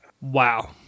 Wow